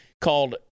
called